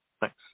Thanks